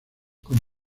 con